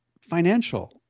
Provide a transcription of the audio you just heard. financial